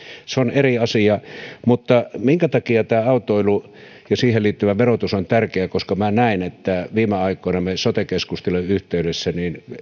se on eri asia mutta sen takia tämä autoilu ja siihen liittyvä verotus on tärkeää koska näen että viime aikoina me sote keskustelujen yhteydessä